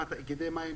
בתאגידי מים ספציפיים,